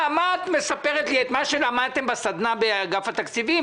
מה את מספרת לי את מה שלמדתם בסדנה באגף התקציבים,